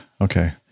Okay